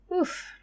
Oof